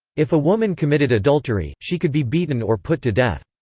if a woman committed adultery, she could be beaten or put to death.